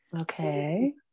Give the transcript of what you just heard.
Okay